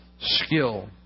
skill